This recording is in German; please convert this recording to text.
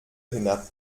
hinab